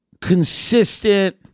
consistent